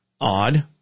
odd